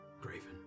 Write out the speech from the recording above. Graven